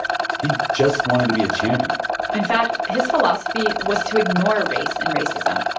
he just wanted to be a champion in fact, his philosophy was to ignore race and racism.